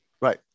Right